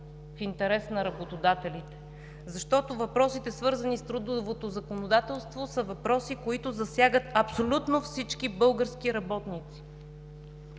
в интерес на работодателите. Защото въпросите, свързани с трудовото законодателство, са въпроси, които засягат абсолютно всички български работници.